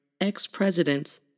ex-presidents